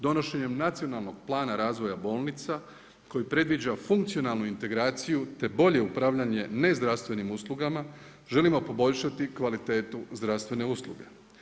Donošenjem Nacionalnog plana razvoja bolnica koji predviđa funkcionalnu integraciju te bolje upravljanje nezdravstvenim uslugama želimo poboljšati kvalitetu zdravstvene usluge.